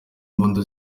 impundu